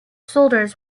soldiers